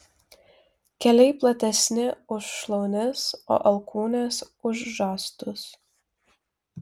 keliai platesni už šlaunis o alkūnės už žastus